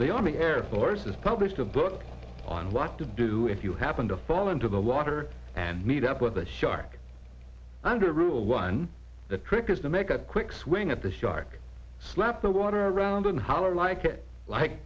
army air force is published of thought on what to do if you happen to fall into the water and meet up with a shark under rule one the trick is to make a quick swing at the shark slap the water around and holler like it like